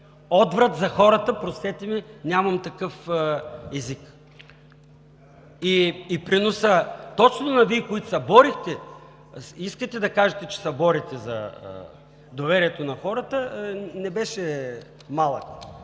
отврат за хората, простете ми, нямам такъв език. Приносът, точно Вие, които се борихте, искате да кажете, че се борите за доверието на хората, не беше малък